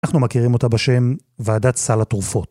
אנחנו מכירים אותה בשם ועדת סל התרופות.